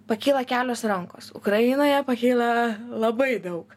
pakyla kelios rankos ukrainoje pakyla labai daug